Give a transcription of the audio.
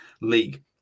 league